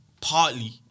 partly